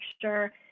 sure